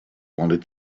wanted